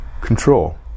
control